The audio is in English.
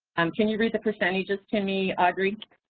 um can you read the percentages to me, audrey?